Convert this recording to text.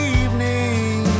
evening